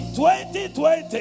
2020